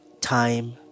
Time